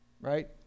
right